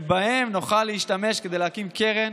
ובהם נוכל להשתמש כדי להקים קרן